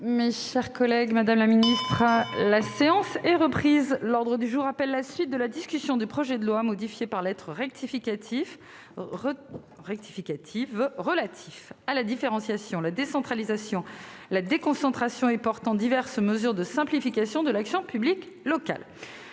La séance est reprise. L'ordre du jour appelle la suite de la discussion du projet de loi, modifié par lettre rectificative, relatif à la différenciation, la décentralisation, la déconcentration et portant diverses mesures de simplification de l'action publique locale